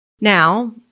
Now